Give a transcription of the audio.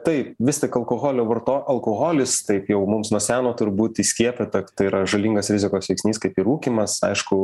taip vis tik alkoholio varto alkoholis taip jau mums nuo seno turbūt įskiepyta tai yra žalingas rizikos veiksnys kaip ir rūkymas aišku